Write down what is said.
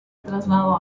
trasladó